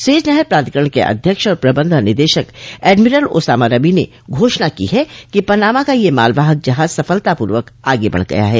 Suez नहर प्राधिकरण के अध्यक्ष और प्रबंध निदेशक एडमिरल ओसामा रबी ने घोषणा की है कि पनामा का यह मालवाहक जहाज सफलतापूर्वक आगे बढ़ गया है